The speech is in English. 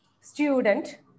student